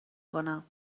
کنم